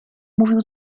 mówił